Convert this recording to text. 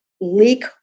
leak